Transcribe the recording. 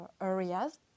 areas